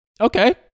Okay